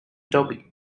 toby